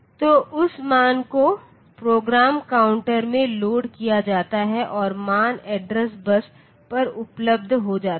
तो उस मान को प्रोग्राम काउंटर में लोड किया जाता है और मान एड्रेस बस पर उपलब्ध हो जाता है